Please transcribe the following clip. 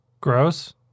gross